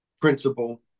principle